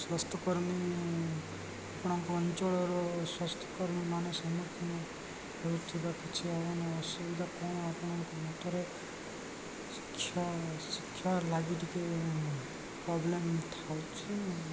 ସ୍ୱାସ୍ଥ୍ୟକର୍ମୀ ଆପଣଙ୍କ ଅଞ୍ଚଳର ସ୍ୱାସ୍ଥ୍ୟକର୍ମୀ ମାନ ସମ୍ମୁଖୀନ ହେଉଥିବା କିଛି ଅସୁବିଧା କ'ଣ ଆପଣଙ୍କ ମତରେ ଶିକ୍ଷା ଶିକ୍ଷା ଲାଗି ଟିକେ ପ୍ରୋବ୍ଲେମ୍ ଥାଉଛି